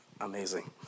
Amazing